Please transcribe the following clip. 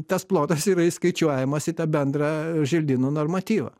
tas plotas yra įskaičiuojamas į tą bendrą želdynų normatyvą